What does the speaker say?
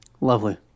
Lovely